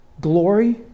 glory